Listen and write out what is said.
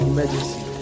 Emergency